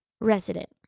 resident